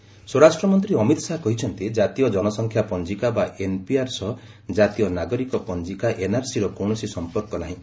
HM NPR ସ୍ୱରାଷ୍ଟ୍ରମନ୍ତ୍ରୀ ଅମିତ ଶାହା କହିଛନ୍ତି ଜାତୀୟ ଜନସଂଖ୍ୟା ପଞ୍ଜିକା ବା ଏନ୍ପିଆର ସହ ଜାତୀୟ ନାଗରିକ ପଞ୍ଜିକା ଏନ୍ଆର୍ସିର କୌଣସି ସଂପର୍କ ନାହିଁ